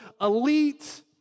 elite